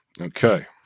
Okay